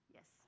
Yes